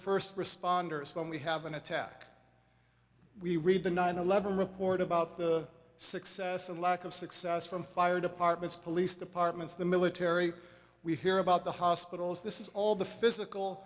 first responders when we have an attack we read the nine eleven report about the success and lack of success from fire departments police departments the military we hear about the hospitals this is all the physical